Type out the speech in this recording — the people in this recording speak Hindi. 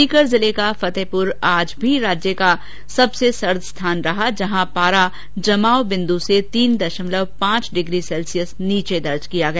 सीकर जिले का फतेहपुर आज भी राज्य का सबसे सर्द स्थान रहा जहां पारा जमाव बिंदू से तीन दशमलव पांच डिग्री सेल्सियस नीचे दर्ज किया गया